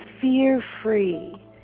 fear-free